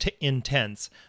intense